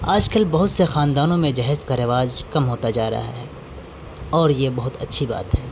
آج کل بہت سے خاندانوں میں جہیز کا رواج کم ہوتا جا رہا ہے اور یہ بہت اچھی بات ہے